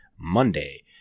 Monday